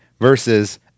versus